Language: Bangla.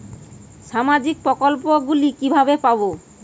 সামাজিক প্রকল্প গুলি কিভাবে পাব?